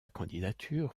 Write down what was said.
candidature